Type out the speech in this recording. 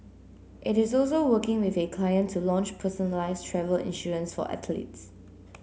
it is also working with a client to launch personalised travel insurance for athletes